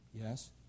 Yes